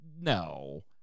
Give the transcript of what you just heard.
No